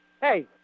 Hey